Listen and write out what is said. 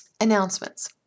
Announcements